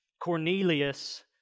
Cornelius